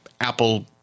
Apple